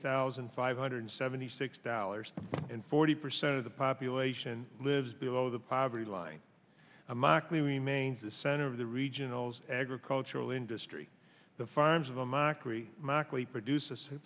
thousand five hundred seventy six dollars and forty percent of the population lives below the poverty line a mock lee remains the center of the regionals agricultural industry the farms of a mockery mockery produces